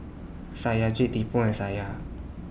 Satyajit Tipu and Satya